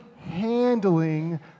handling